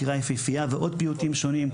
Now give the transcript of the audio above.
"קריה יפהפייה" ועוד פיוטים שונים,